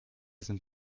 sind